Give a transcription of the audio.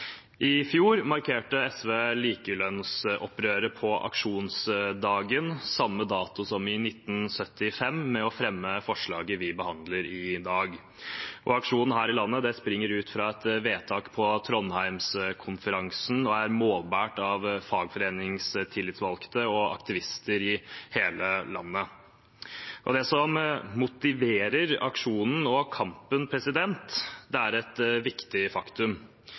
I fjor markerte SV likelønnsopprøret på aksjonsdagen, samme dato som i 1975, med å fremme forslaget vi behandler i dag. Aksjonen her i landet springer ut fra et vedtak på Trondheimskonferansen og er målbåret av fagforeningstillitsvalgte og aktivister i hele landet. Det som motiverer aksjonen og kampen, er et viktig faktum.